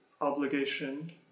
obligation